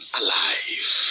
alive